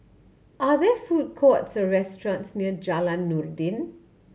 are there food courts or restaurants near Jalan Noordin